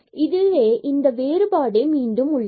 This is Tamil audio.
இதுவே இந்த வேறுபாடே மீண்டும் உள்ளது